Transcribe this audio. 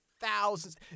thousands